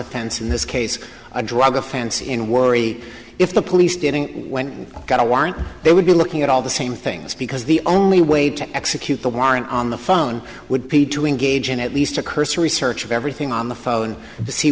offense in this case a drug offense in warre if the police went and got a warrant they would be looking at all the same things because the only way to execute the warrant on the phone would be to engage in at least a cursory search of everything on the phone to see